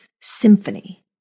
symphony